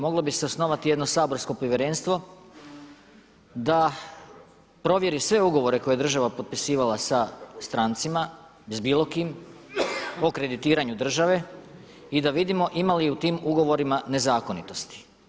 Moglo bi se osnovati jedno saborsko povjerenstvo da provjeri sve ugovore koje je država potpisivala sa strancima, s bilo kim o kreditiranju države i da vidimo ima li u tim ugovorima nezakonitosti.